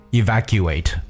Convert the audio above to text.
evacuate